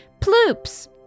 Ploops